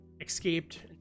escaped